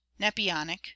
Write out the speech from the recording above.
Nepionic